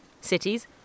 Cities